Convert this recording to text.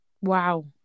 Wow